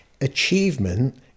Achievement